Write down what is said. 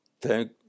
thank